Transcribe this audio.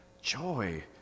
joy